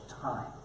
time